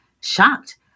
shocked